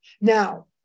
Now